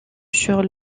sur